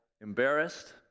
embarrassed